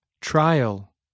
Trial